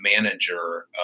manager